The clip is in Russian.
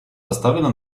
доставлена